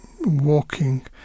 walking